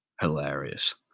hilarious